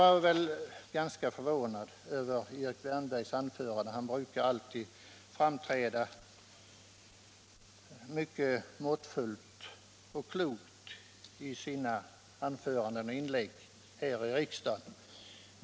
Jag var ganska förvånad över Erik Wärnbergs anförande. Han brukar framträda mycket måttfullt och klokt i sina inlägg här i riksdagen.